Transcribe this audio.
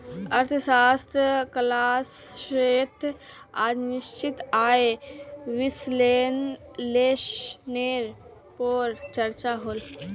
अर्थशाश्त्र क्लास्सोत आज निश्चित आय विस्लेसनेर पोर चर्चा होल